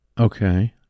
Okay